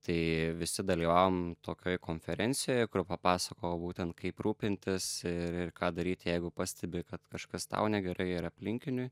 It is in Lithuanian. tai visi dalyvavom tokioj konferencijoje kur papasakojo būtent kaip rūpintis ir ir ką daryti jeigu pastebi kad kažkas tau negerai ir aplinkiniui